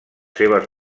seves